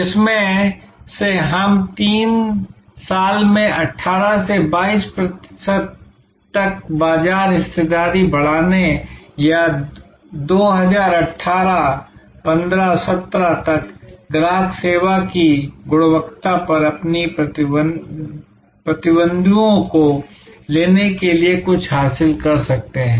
जिसमें से हम 3 साल में 18 से 22 प्रतिशत तक बाजार हिस्सेदारी बढ़ाने या 2018 15 17 तक ग्राहक सेवा की गुणवत्ता पर अपने प्रतिद्वंद्वियों को लेने के लिए कुछ हासिल कर सकते हैं